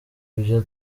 ibyo